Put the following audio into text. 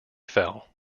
fell